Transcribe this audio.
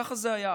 ככה זה היה.